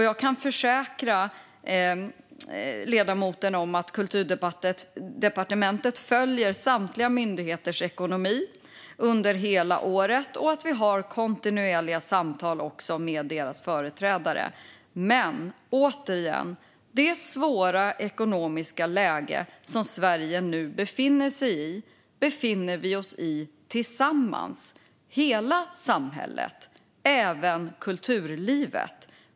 Jag kan försäkra ledamoten om att Kulturdepartementet följer samtliga myndigheters ekonomi under hela året och att vi också har kontinuerliga samtal med deras företrädare. Men återigen: Det svåra ekonomiska läge som Sverige befinner sig i befinner vi oss i tillsammans hela samhället, även kulturlivet.